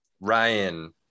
ryan